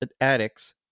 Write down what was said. addicts